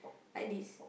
like this